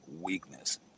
weakness